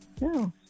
No